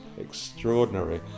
extraordinary